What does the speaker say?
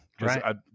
right